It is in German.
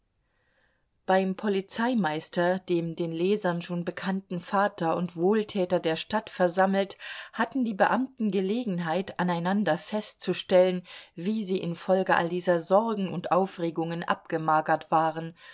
beim polizeimeister dem den lesern schon bekannten vater und wohltäter der stadt versammelt hatten die beamten gelegenheit aneinander festzustellen wie sie infolge all dieser sorgen und aufregungen abgemagert waren